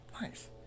Nice